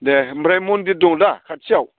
दे ओमफ्राय मन्दिर दङ दा खाथियाव